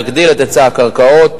להגדיל את היצע הקרקעות,